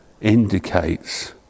indicates